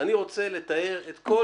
אני רוצה לתאר את כל